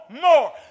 more